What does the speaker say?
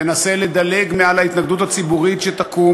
היא תנסה לדלג מעל ההתנגדות הציבורית שתקום